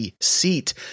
seat